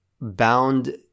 bound